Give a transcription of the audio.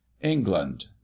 england